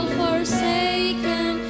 forsaken